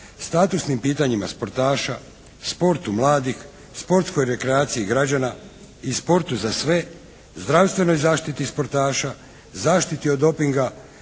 statusnim pitanjima sportaša, sportu mladih, sportskoj rekreaciji građana i sportu za sve, zdravstvenoj zaštiti sportaša, zaštiti od dopinga